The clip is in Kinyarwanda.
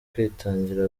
kwitangira